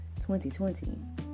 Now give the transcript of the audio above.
2020